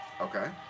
Okay